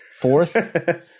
Fourth